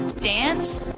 dance